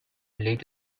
relate